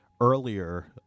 earlier